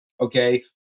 okay